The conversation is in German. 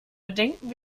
bedenken